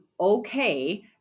okay